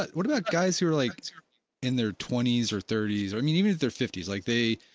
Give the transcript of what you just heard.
but what about guys who are like in their twenties or thirties, i mean even in their fifties like they,